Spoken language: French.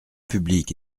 publique